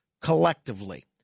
collectively